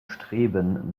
streben